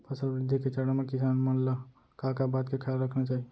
फसल वृद्धि के चरण म किसान मन ला का का बात के खयाल रखना चाही?